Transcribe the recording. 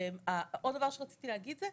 עוד דבר שרציתי להגיד זה,